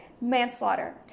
manslaughter